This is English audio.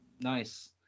nice